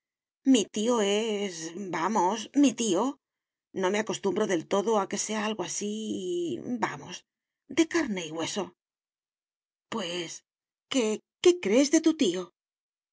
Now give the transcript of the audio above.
tío es vamos mi tío no me acostumbro del todo a que sea algo así vamos de carne y hueso pues qué qué crees de tu tío